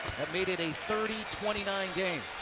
have made it a thirty twenty nine game.